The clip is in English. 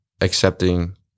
accepting